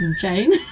Jane